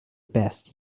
best